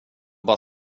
bara